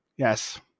Yes